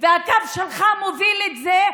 אתה מוביל את הקו הזה,